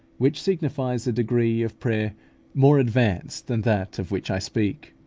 which signifies a degree of prayer more advanced than that of which i speak.